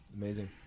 amazing